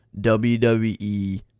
WWE